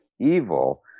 evil